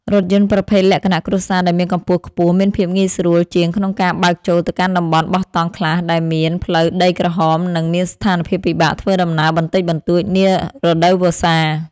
រថយន្តប្រភេទលក្ខណៈគ្រួសារដែលមានកម្ពស់ខ្ពស់មានភាពងាយស្រួលជាងក្នុងការបើកចូលទៅកាន់តំបន់បោះតង់ខ្លះដែលមានផ្លូវដីក្រហម និង មានស្ថានភាពពិបាកធ្វើដំណើរបន្តិចបន្តួចនារដូវវស្សា។